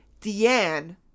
Deanne